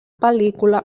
pel·lícula